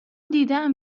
دیدهام